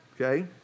Okay